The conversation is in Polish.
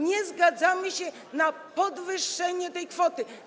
Nie zgadzamy się na podwyższenie tej kwoty.